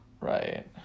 Right